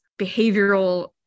behavioral